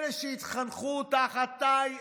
אלה שהתחנכו תחתיי,